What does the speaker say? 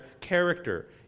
character